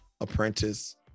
apprentice